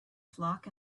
flock